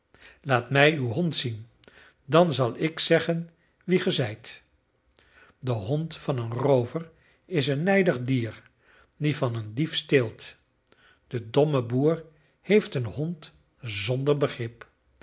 laat mij uw hond zien dan zal ik zeggen wie ge zijt de hond van een roover is een nijdig dier die van een dief steelt de domme boer heeft een hond zonder begrip